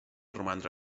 romandre